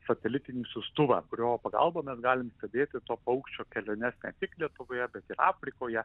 satelitinį siųstuvą kurio pagalba mes galim stebėti to paukščio keliones ne tik lietuvoje bet ir afrikoje